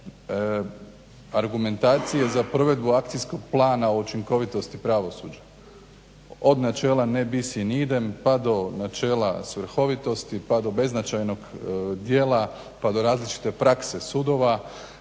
argumentacije za provedbu Akcijskog plana o učinkovitosti pravosuđa, od načela ne bis in idem pa do načela svrhovitosti, pa do beznačajnog djela pa do različite prakse sudova.